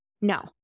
No